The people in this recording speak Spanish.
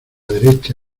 derecha